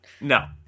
No